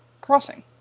crossing